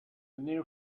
new